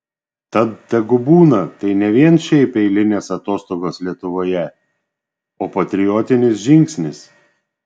tad tegu būna tai ne vien šiaip eilinės atostogos lietuvoje o patriotinis žingsnis